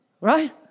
right